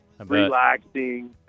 Relaxing